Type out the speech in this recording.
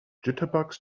jitterbugs